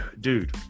dude